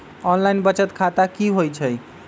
Online बचत खाता की होई छई?